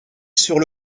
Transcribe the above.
sur